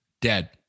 Dead